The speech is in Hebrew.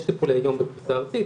יש טיפולי יום בפריסה ארצית,